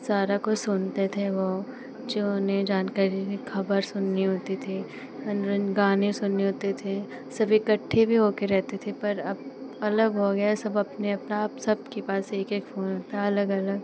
सारा कुछ सुनते थे वे जो उन्हें जानकारी ख़बर सुननी होती थी मनोरन गाने सुनने होते थे सब इकट्ठे भी होकर रहते थे पर अब अलग हो गया है सब अपने अपना अब सबके पास एक एक फ़ोन होता है अलग अलग